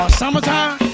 summertime